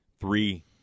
three